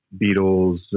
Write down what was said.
Beatles